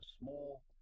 small